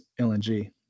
LNG